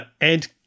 Ed